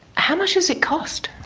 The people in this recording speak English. how much does it cost?